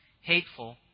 hateful